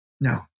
no